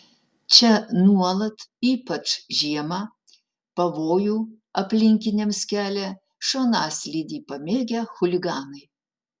čia nuolat ypač žiemą pavojų aplinkiniams kelia šonaslydį pamėgę chuliganai